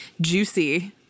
juicy